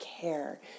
care